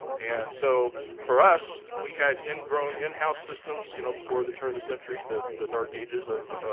and so for us, we had ingrown in-house systems, you know, before the turn of the century, the the dark ages of